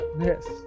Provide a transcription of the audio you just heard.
Yes